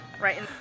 right